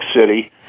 City